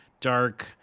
dark